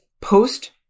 post